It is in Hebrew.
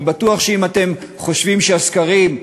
אני בטוח שאם אתם חושבים שהסקרים,